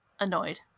annoyed